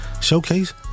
showcase